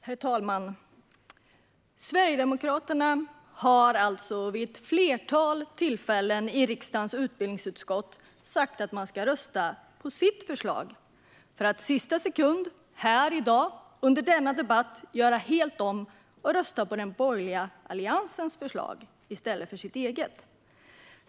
Herr talman! Sverigedemokraterna har vid ett flertal tillfällen i riksdagens utbildningsutskott sagt att man ska rösta på sitt förslag, för att i sista sekund under dagens debatt göra helt om och rösta på den borgerliga alliansens förslag i stället för sitt eget.